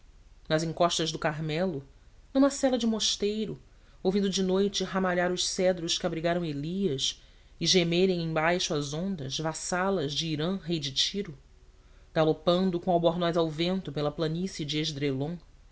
nas encostas do carmelo numa cela de mosteiro ouvindo de noite ramalhar os cedros que abrigaram elias e gemerem embaixo as ondas vassalas de hirão rei de tiro galopando com o albornoz ao vento pela planície de